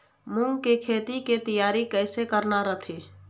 मूंग के खेती के तियारी कइसे करना रथे?